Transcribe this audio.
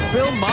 Bill